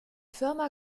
firma